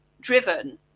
driven